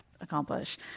accomplish